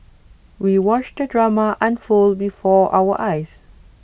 we watched the drama unfold before our eyes